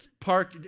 park